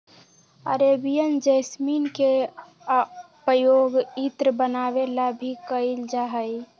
Arabian jasmine के पउपयोग इत्र बनावे ला भी कइल जाहई